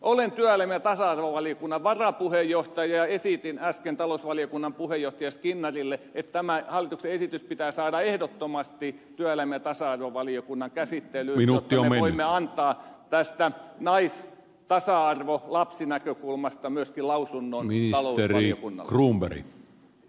olen työelämä ja tasa arvovaliokunnan varapuheenjohtaja ja esitin äsken talousvaliokunnan puheenjohtaja skinnarille että tämä hallituksen esitys pitää saada ehdottomasti työelämä ja tasa arvovaliokunnan käsittelyyn jotta me voimme antaa tästä nais tasa arvo lapsinäkökulmasta myöskin lausunnon talousvaliokunnalle